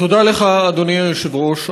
תודה לך, אדוני היושב-ראש.